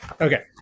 Okay